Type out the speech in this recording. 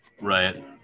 Right